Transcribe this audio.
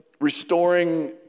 restoring